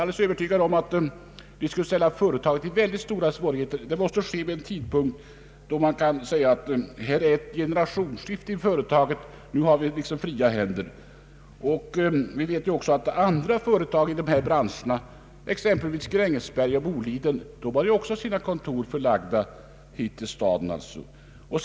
Jag är övertygad om att det skulle ställa företaget i stora svårigheter att nu flytta huvudkontoret från Stockholm. En sådan flyttning måste ske vid en annan och bättre tidpunkt, t.ex. vid ett generationsskifte i företaget. Då skulle man ha fria händer. Faktum är ju dessutom ait andra företag i branschen, Grängesberg och Boliden, har sina huvudkontor i Stockholm.